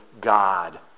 god